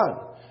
God